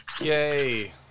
Yay